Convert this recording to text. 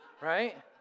Right